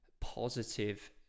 positive